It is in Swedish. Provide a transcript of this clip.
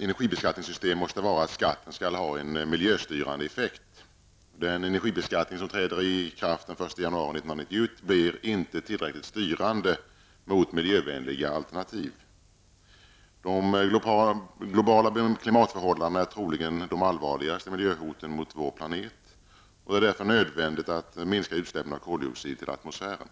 energibeskattningssystem måste vara att skatten skall ha en miljöstyrande effekt. Den energibeskattning som träder i kraft den 1 januari 1991 blir inte tillräckligt styrande mot miljövänliga alternativ. De globala klimatförhållandena är troligen de allvarligaste miljöhoten mot vår planet. Det är därför nödvändigt att minska utsläppen av koldioxid i atmosfären.